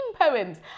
Poems